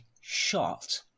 shot